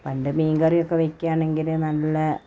പണ്ട് മീൻ കറിയൊക്കെ വയ്ക്കുക ആണെങ്കിൽ നല്ല